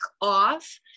off